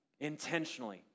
intentionally